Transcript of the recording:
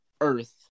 Earth